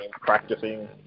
practicing